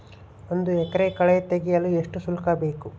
ಒಂದು ಎಕರೆ ಕಳೆ ತೆಗೆಸಲು ಎಷ್ಟು ಶುಲ್ಕ ಬೇಕು?